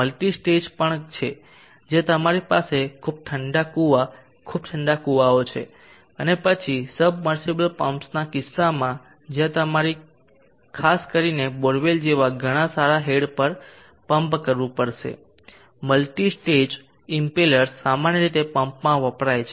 multi stage પણ છે જ્યાં તમારી પાસે ખૂબ ઠંડા કૂવા ખૂબ ઠંડા કુવાઓ છે અને પછી સબમર્સિબલ પમ્પ્સના કિસ્સામાં જ્યાં તમારે ખાસ કરીને બોરવેલ જેવા ઘણા સારા હેડ પર પમ્પ કરવું પડશે મલ્ટી સ્ટેજ ઇમ્પેલર્સ સામાન્ય રીતે પંપમાં વપરાય છે